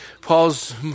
Paul's